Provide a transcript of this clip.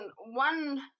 one